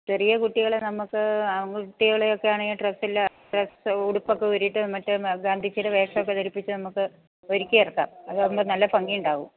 ചെറിയ കുട്ടികളെ നമുക്ക് ആൺകുട്ടികളെയൊക്കെ ആണെങ്കിൽ ഡ്രെസ്സില്ലാതെ ഡ്രസ്സ് ഉടുപ്പൊക്കെ ഊരിയിട്ട് മറ്റേ ഗാന്ധിജിയുടെ വേഷമൊക്കെ ധരിപ്പിച്ച് നമുക്ക് ഒരുക്കി ഇറക്കാം അതാകുമ്പോൾ നല്ല ഭംഗി ഉണ്ടാകും